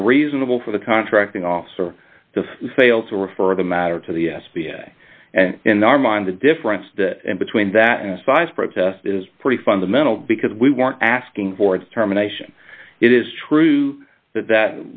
was reasonable for the contracting officer to fail to refer the matter to the s b a in our mind the difference between that and size protest is pretty fundamental because we weren't asking for determination it is true that that